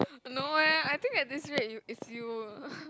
no eh I think at this rate is~ is you